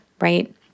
Right